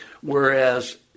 Whereas